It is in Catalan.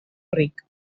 ric